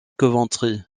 coventry